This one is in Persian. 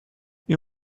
این